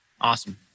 Awesome